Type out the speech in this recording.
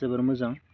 जोबोर मोजां